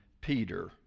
Peter